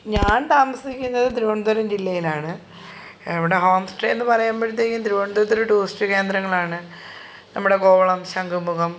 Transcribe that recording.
ഞാൻ താമസിക്കുന്നത് തിരുവനന്തപുരം ജില്ലയിലാണ് ഇവിടെ ഹോം സ്റ്റേ എന്നു പറയുമ്പോഴത്തേക്കു തിരുവനന്തപുരത്തൊരു ടൂറിസ്റ്റ് കേന്ദ്രങ്ങളാണ് നമ്മുടെ കോവളം ശങ്കുമുഖം